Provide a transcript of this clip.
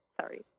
sorry